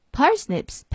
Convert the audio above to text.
Parsnips